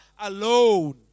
alone